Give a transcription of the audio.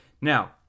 Now